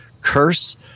curse